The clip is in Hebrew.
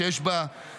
שיש בה צניעות,